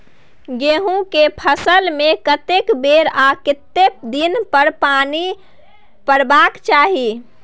गेहूं के फसल मे कतेक बेर आ केतना दिन पर पानी परबाक चाही?